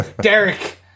Derek